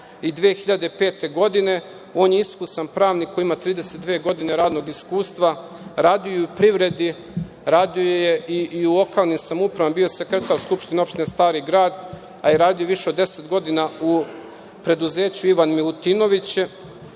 2005. godine. On je iskusan pravnik koji ima 32 godine radnog iskustva, radio je i u privredi i u lokalnim samoupravama. Bio je sekretar Skupštine opštine Stari grad, a radio je i više od 10 godina u preduzeću „Ivan Milutinović“